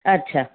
અચ્છા